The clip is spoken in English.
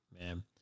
Man